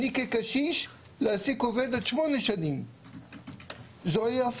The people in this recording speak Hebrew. אני כקשיש יכול להעסיק עובד שהיה פה עד 8 שנים,